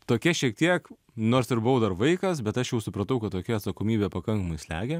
tokie šiek tiek nors ir buvau dar vaikas bet aš jau supratau kad tokia atsakomybė pakankamai slegia